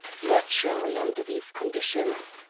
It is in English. naturally under these conditions,